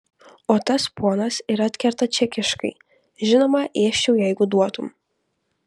o tas ponas ir atkerta čekiškai žinoma ėsčiau jeigu duotum